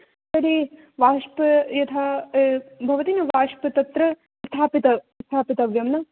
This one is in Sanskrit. तर्हि वाष्प यथा भवति न वाष्प तत्र स्थापित स्थापितव्यं न